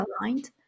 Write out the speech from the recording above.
aligned